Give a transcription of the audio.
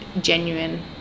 genuine